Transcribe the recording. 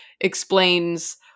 explains